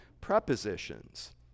prepositions